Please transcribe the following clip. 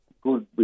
good